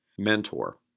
Mentor